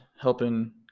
helping